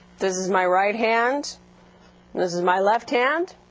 this is my right hand this is my left hand